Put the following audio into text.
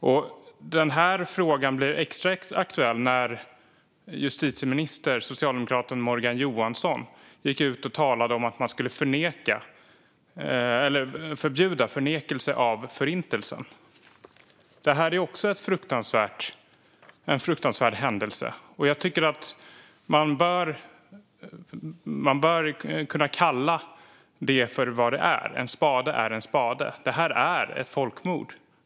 Frågan blev också extra aktuell när justitieministern, socialdemokraten Morgan Johansson, gick ut och talade om att man skulle förbjuda förnekelse av Förintelsen. Det här är också en fruktansvärd händelse. Jag tycker att man bör kunna kalla det för vad det är. En spade är en spade. Det här är ett folkmord.